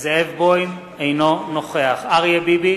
זאב בוים, אינו נוכח אריה ביבי,